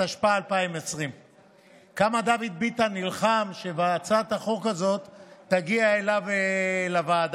התשפ"א 2020. כמה דוד ביטן נלחם שהצעת החוק הזאת תגיע אליו לוועדה.